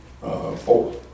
four